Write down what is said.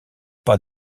pas